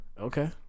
Okay